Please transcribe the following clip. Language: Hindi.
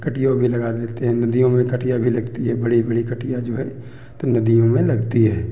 कटियाे भी लगा देते हैं नदियों में कटिया भी लगती है बड़ी बड़ी कटिया जो है तो नदियों में लगती है